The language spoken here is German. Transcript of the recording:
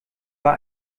war